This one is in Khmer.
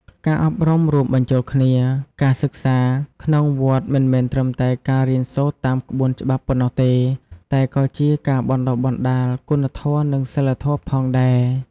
ការអប់រំរួមបញ្ចូលគ្នា ការសិក្សាក្នុងវត្តមិនមែនត្រឹមតែការរៀនសូត្រតាមក្បួនច្បាប់ប៉ុណ្ណោះទេ តែក៏ជាការបណ្តុះបណ្តាលគុណធម៌និងសីលធម៌ផងដែរ។